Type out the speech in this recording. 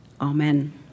Amen